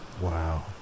Wow